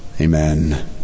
amen